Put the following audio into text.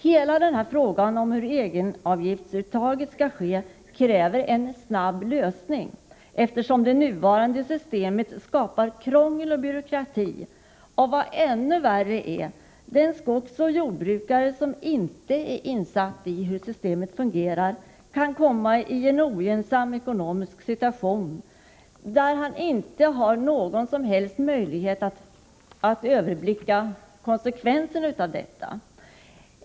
Hela denna fråga om hur egenavgiftsuttaget skall ske kräver en snabb lösning, eftersom det nuvarande systemet skapar krångel och byråkrati. Och — vad ännu värre är — den skogsoch jordbrukare som inte är insatt i hur systemet fungerar kan komma i en ogynnsam ekonomisk situation, som han inte har någon som helst möjlighet att förutse.